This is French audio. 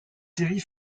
série